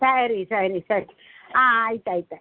ಸರಿ ಸರಿ ಸರಿ ಹಾಂ ಆಯ್ತು ಆಯ್ತು ಆಯ್ತ್